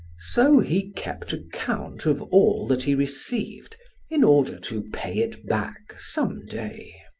so he kept account of all that he received in order to pay it back some day.